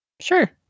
Sure